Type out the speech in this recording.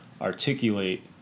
articulate